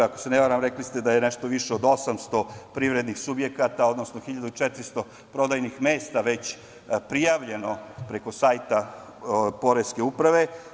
Ako se ne varam, rekli ste da je nešto više od 800 privrednih subjekata, odnosno 1.400 prodajnih mesta već prijavljeno preko sajta Poreske uprave.